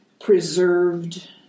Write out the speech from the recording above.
preserved